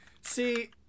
See